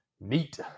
Neat